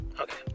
Okay